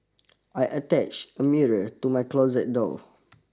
I attached a mirror to my closet door